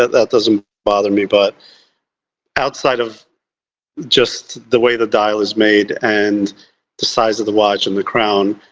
that doesn't bother me. but outside of just the way the dial is made and the size of the watch and the crown,